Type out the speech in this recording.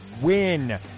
win